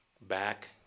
back